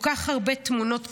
כל כך הרבה תמונות קשות,